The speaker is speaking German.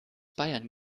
bayern